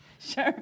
Sure